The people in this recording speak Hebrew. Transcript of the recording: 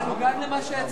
זה מנוגד למה,